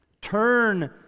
Turn